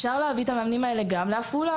אפשר להביא את המאמנים האלה גם לעפולה.